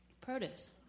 produce